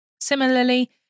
Similarly